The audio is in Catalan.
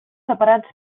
separats